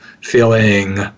feeling